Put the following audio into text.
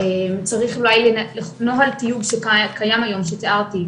צריך אולי נוהל על תיוג שקיים היום שתיארתי,